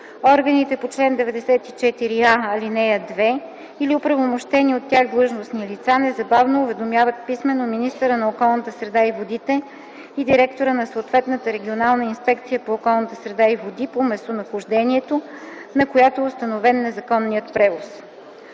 органите по чл. 94а, ал. 2 или оправомощени от тях длъжностни лица незабавно уведомяват писмено министъра на околната среда и водите и директора на съответната регионална инспекция по околната среда и води по местонахождението на която е установен незаконният превоз.”